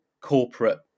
corporate